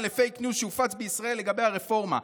לפייק ניוז שהופץ בישראל לגבי הרפורמה.